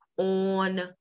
on